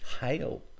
Hail